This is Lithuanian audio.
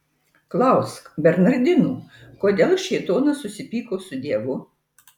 klausk bernardinų kodėl šėtonas susipyko su dievu